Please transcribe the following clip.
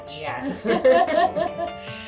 Yes